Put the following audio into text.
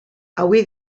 avui